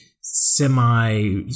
semi –